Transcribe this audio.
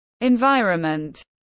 environment